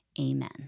amen